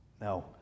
No